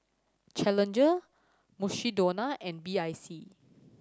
Challenger Mukshidonna and B I C